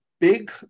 big